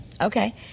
Okay